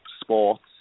sports